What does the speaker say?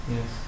Yes